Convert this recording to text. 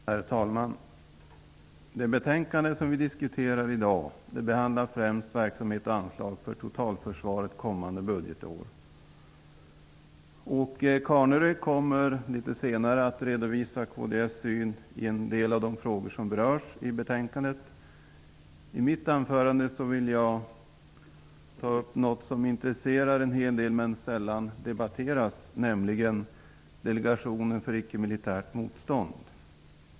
Herr talman! Det betänkande vi diskuterar i dag behandlar främst verksamhet och anslag för totalförsvaret för kommande budgetår. Åke Carnerö kommer litet senare att redovisa kds syn på en del av de frågor som berörs i betänkandet. Jag vill i mitt anförande ta upp något som intresserar en hel del människor men som sällan debatteras, nämligen Delegationen för ickemilitärt motstånd.